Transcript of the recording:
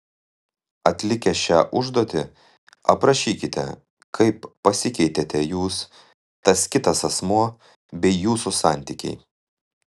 atlikę šią užduotį aprašykite kaip pasikeitėte jūs tas kitas asmuo bei jūsų santykiai